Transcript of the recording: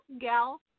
gal